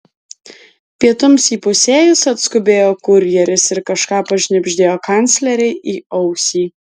pietums įpusėjus atskubėjo kurjeris ir kažką pašnibždėjo kanclerei į ausį